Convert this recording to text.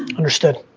understood,